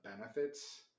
benefits